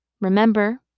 remember